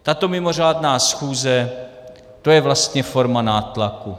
Tato mimořádná schůze, to je vlastně forma nátlaku.